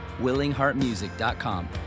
willingheartmusic.com